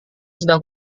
sedang